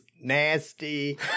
nasty